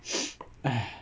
hai